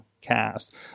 cast